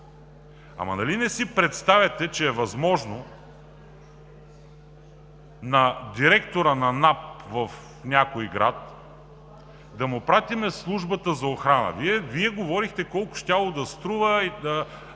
нали не си представяте, че е възможно на директора на НАП в някой град да му изпратим Службата за охрана? Вие говорихте колко щяло да струва